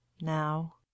Now